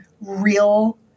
real